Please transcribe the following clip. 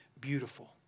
beautiful